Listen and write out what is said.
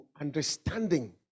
understanding